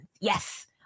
Yes